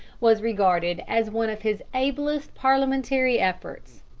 was regarded as one of his ablest parliamentary efforts.